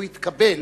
הוא התקבל.